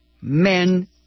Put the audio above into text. men